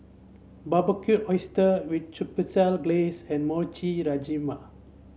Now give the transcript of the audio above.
Barbecued Oysters with Chipotle Glaze and Mochi Rajma